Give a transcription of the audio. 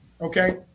Okay